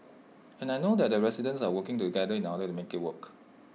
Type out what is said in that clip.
and I know that the residents are working together in order to make IT work